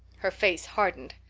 her face hardened.